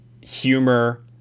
humor